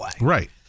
right